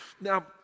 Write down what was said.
Now